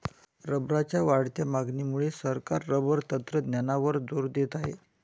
रबरच्या वाढत्या मागणीमुळे सरकार रबर तंत्रज्ञानावर जोर देत आहे